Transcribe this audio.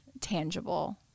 tangible